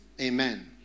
Amen